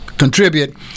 contribute